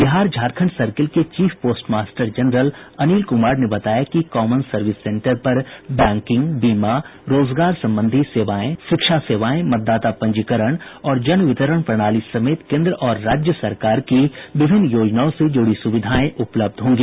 Bihar Jharkhand circle के chief postmaster general Anil Kumar ने बताया कि कॉमन सर्विस सेंटर पर बैंकिंग बीमा रोजगार संबंधी सेवाएं शिक्षा सेवाएं मतदाता पंजीकरण और जन वितरण प्रणाली समेत केन्द्र और राज्य सरकार की विभिन्न योजनाओं से जुड़ी सुविधाएं उपलब्ध होंगी